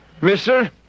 Mister